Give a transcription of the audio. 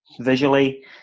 visually